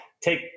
take